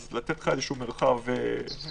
לתת לך איזשהו מרחב מינימלי.